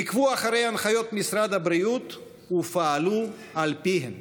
עקבו אחרי הנחיות משרד הבריאות ופעלו על פיהן.